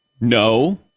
No